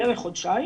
בערך חודשיים.